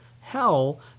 hell